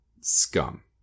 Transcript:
scum